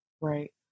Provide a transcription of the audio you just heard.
right